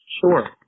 Sure